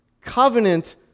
Covenant